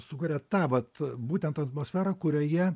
sukuria tą vat būtent atmosferą kurioje